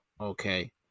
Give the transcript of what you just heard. Okay